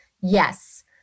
yes